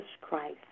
Christ